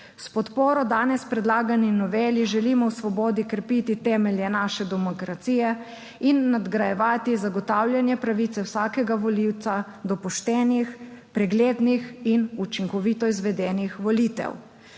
S podporo danes predlagani noveli želimo v Svobodi krepiti temelje naše demokracije in nadgrajevati zagotavljanje pravice vsakega volivca do poštenih, preglednih in učinkovito izvedenih volitev.